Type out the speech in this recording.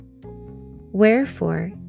Wherefore